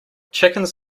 chickens